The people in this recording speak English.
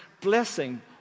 blessing